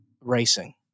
racing